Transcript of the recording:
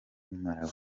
malawi